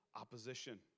opposition